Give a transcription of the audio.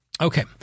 Okay